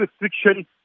restriction